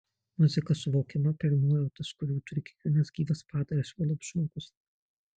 muzika suvokiama per nuojautas kurių turi kiekvienas gyvas padaras juolab žmogus